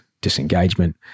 disengagement